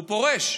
הוא פורש.